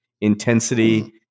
intensity